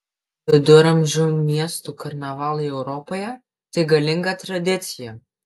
viduramžių miestų karnavalai europoje tai galinga tradicija